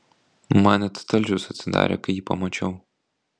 man net stalčius atsidarė kai jį pamačiau